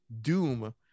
Doom